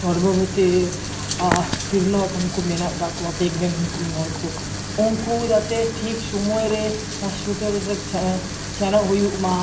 ᱜᱚᱨᱵᱷᱚ ᱵᱚᱛᱤ ᱟ ᱛᱤᱨᱞᱟᱹ ᱦᱚᱯᱚᱱ ᱠᱚ ᱢᱮᱱᱟᱜ ᱟᱠᱟᱫ ᱠᱚᱣᱟ ᱯᱮᱜᱱᱮᱴ ᱦᱚᱲ ᱠᱚ ᱩᱱᱠᱩ ᱡᱟᱛᱮ ᱴᱷᱤᱠ ᱥᱳᱢᱚᱭ ᱨᱮ ᱦᱳᱥᱯᱤᱴᱟᱞ ᱨᱮ ᱥᱮᱱᱚᱜ ᱦᱩᱭᱩᱜ ᱢᱟ